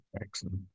Excellent